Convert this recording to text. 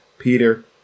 Peter